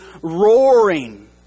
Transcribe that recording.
roaring